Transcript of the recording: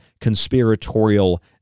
conspiratorial